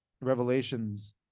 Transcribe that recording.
revelations